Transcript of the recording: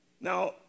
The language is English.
Now